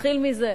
נתחיל מזה.